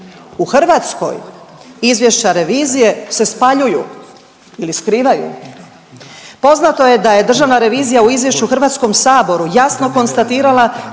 U Hrvatskoj izvješća revizije se spaljuju ili skrivaju. Poznato je da je državna revizija u izvješću HS jasno konstatirala